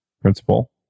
principle